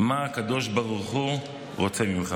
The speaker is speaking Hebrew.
מה הקדוש ברוך הוא רוצה ממך.